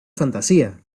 fantasía